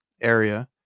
area